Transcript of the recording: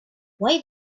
why